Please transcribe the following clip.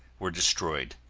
were destroyed,